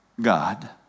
God